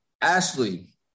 Ashley